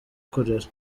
kurera